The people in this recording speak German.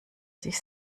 sich